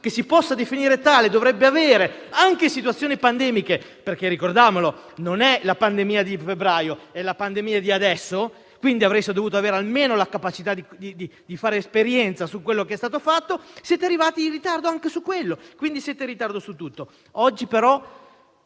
che si possa definire tale dovrebbe prevedere anche situazioni pandemiche perché - ricordiamolo - non è la pandemia di febbraio, ma di adesso. Avreste dovuto avere, quindi, almeno la capacità di fare esperienza su quanto fatto. Siete arrivati in ritardo anche su quello e, quindi, siete in ritardo su tutto. Oggi però